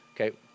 Okay